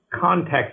context